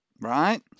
right